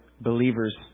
believers